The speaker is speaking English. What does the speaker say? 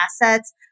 assets